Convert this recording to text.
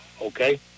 okay